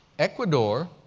ecuador,